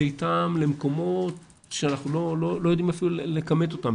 איתם למקומות שאנחנו לא יודעים אפילו לכמת אותם.